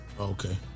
Okay